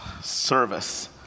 service